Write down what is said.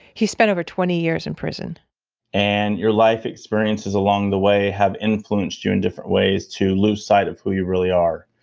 he spent over twenty years in prison and your life experiences along the way have influenced you in different ways to lose sight of who you really are.